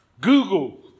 Google